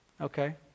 Okay